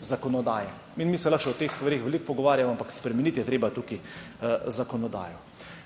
zakonodaje. Mi se lahko o teh stvareh veliko pogovarjamo, ampak spremeniti je treba tukaj zakonodajo.